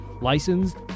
licensed